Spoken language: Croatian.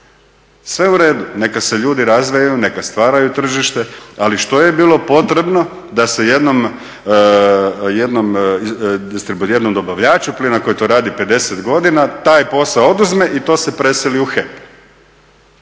Sve u redu, neka se ljudi …/Govornik se ne razumije./… neka stvaraju tržište, ali što je bilo potrebno da se jednom dobavljaču plina koji to radi 50 godina taj posao oduzme i to se preseli u HEP.